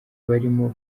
barimo